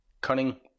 Cunning